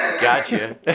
Gotcha